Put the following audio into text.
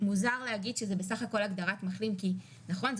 מוזר להגיד שזאת בסך הכול הגדרת מחלים כי נכון,